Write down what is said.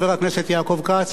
אני מבקש להקפיד על הזמנים.